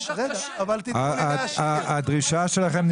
למה, מה ההיגיון בזה?